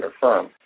firm